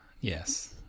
Yes